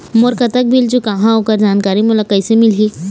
मोर कतक बिल चुकाहां ओकर जानकारी मोला कैसे मिलही?